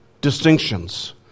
distinctions